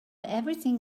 everything